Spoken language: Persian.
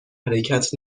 حرکت